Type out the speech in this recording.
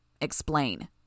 Explain